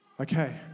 Okay